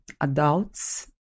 adults